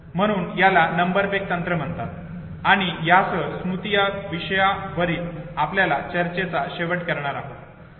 म्हणून याला number peg तंत्र म्हणतात आणि यासह आपण स्मृती या विषयावरील आपल्या चर्चेचा शेवट करणार आहोत